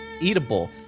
eatable